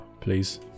please